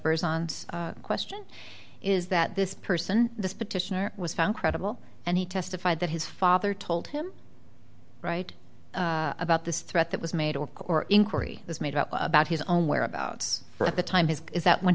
bears on the question is that this person this petitioner was found credible and he testified that his father told him right about this threat that was made or or inquiry was made up about his own whereabouts for at the time his is that when